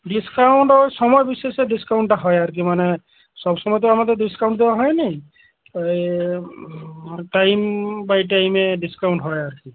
discount ওই সময় বিশেষে ডিসকাউন্টটা হয় আর কি মানে সব সময় তো আমাদের ডিসকাউন্ট দেওয়া হয় নি এ টাইম বাই টাইমে ডিসকাউন্ট হয় আর কি